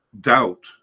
doubt